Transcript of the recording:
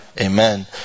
Amen